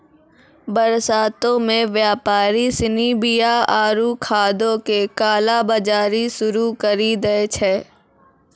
बरसातो मे व्यापारि सिनी बीया आरु खादो के काला बजारी शुरू करि दै छै